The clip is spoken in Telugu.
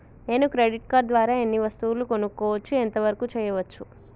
నేను క్రెడిట్ కార్డ్ ద్వారా ఏం వస్తువులు కొనుక్కోవచ్చు ఎంత వరకు చేయవచ్చు?